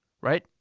right